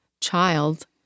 child